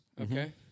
Okay